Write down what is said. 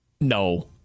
No